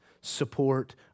support